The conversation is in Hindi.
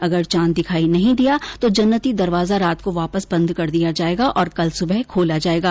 अगर चांद दिखाई नहीं दिया तो जन्नती दरवाजा रात को वापस बंद कर दिया जायेगा और कल सुबह खोला जायेगा